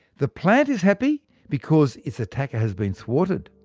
the plant is happy because its attacker has been thwarted,